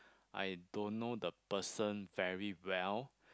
I don't know the person very well